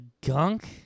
gunk